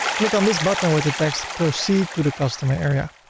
click on this button with the text proceed to the customer area.